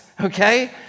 okay